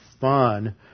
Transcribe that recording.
fun